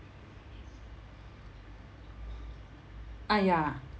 ah ya